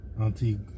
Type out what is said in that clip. Auntie